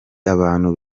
abantu